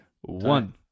One